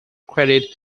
credit